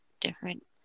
different